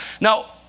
Now